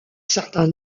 certain